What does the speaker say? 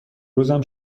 روزم